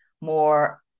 more